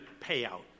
payout